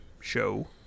show